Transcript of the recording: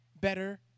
better